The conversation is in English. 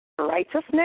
righteousness